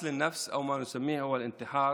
רצח הנפש, או מה שנקרא התאבדות,